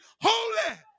holy